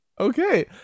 Okay